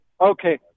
Okay